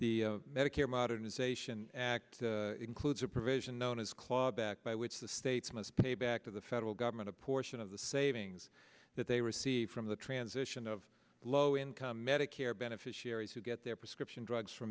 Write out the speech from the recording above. the medicare modernization act includes a provision known as claw back by which the states must pay back to the federal government a portion of the savings that they receive from the transition of low income medicare beneficiaries who get their prescription drugs f